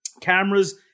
Cameras